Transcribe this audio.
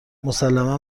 مسلما